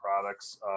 products